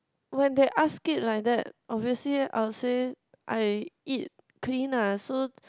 when they asked it like that obviously I'll say I eat clean ah so